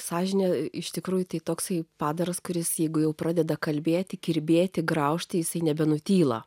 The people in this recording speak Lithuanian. sąžinė iš tikrųjų tai toksai padaras kuris jeigu jau pradeda kalbėti kirbėti graužti jisai nebenutyla